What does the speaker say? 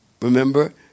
Remember